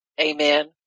Amen